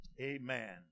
Amen